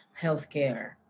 healthcare